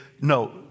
No